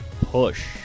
PUSH